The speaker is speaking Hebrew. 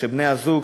כשבני-הזוג,